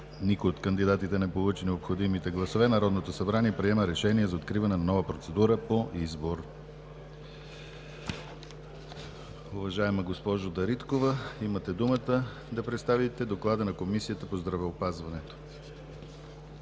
никой от кандидатите не получи необходимите гласове, Народното събрание приема решение за откриване на нова процедура по избор. Уважаема госпожо Дариткова, имате думата да представите доклада на Комисията по здравеопазването.